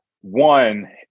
one